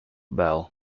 bell